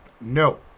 no